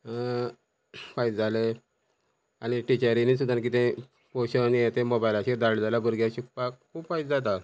फायदे जाले आनी टिचरींनी सुद्दां कितें पोशन हे ते मोबायलाचेर धाडलें जाल्या भुरग्यां शिकपाक खूब फायदो जाता